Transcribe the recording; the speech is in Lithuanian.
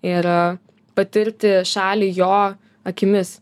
ir patirti šalį jo akimis